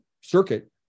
circuit